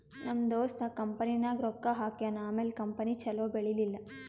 ನಮ್ ದೋಸ್ತ ಕಂಪನಿನಾಗ್ ರೊಕ್ಕಾ ಹಾಕ್ಯಾನ್ ಆಮ್ಯಾಲ ಕಂಪನಿ ಛಲೋ ಬೆಳೀಲಿಲ್ಲ